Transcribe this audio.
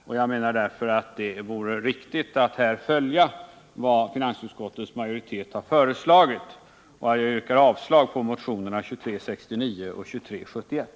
Det vore därför riktigt att här följa vad finansutskottets majoritet har föreslagit, och jag yrkar avslag på motionerna 2369 och 2371.